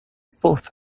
fourth